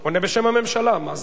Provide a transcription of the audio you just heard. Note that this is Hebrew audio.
הוא עונה בשם הממשלה, מה זה?